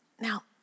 now